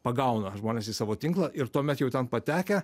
pagauna žmones į savo tinklą ir tuomet jau ten patekę